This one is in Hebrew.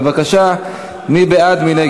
בבקשה, מי בעד?